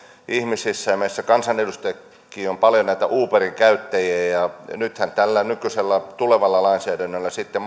ihmisissä ja meissä kansanedustajissakin on paljon uberin käyttäjiä että nythän tällä tulevalla lainsäädännöllä sitten